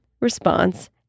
response